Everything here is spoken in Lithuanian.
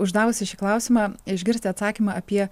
uždavusi šį klausimą išgirsti atsakymą apie